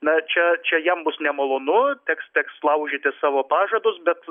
na čia čia jam bus nemalonu teks teks laužyti savo pažadus bet